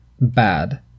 bad